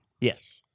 Yes